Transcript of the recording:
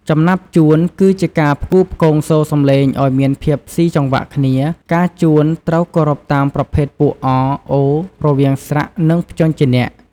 ចំណាប់ជួន គឺជាការផ្គូផ្គងសូរសំឡេងឱ្យមានភាពស៊ីចង្វាក់គ្នា ការជួនត្រូវគោរពតាមប្រភេទពួក អ-អ៊ រវាងស្រៈ និងព្យញ្ជនៈ។